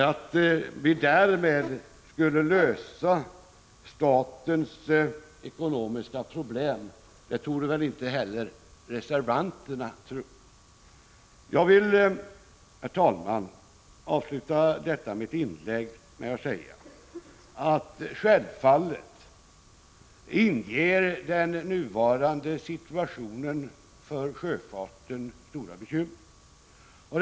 Att vi därmed skulle lösa statens ekonomiska problem torde väl inte heller reservanterna tro. 59 Herr talman! Jag vill avsluta detta mitt inlägg med att säga att den nuvarande situationen för sjöfarten självfallet inger stora bekymmer.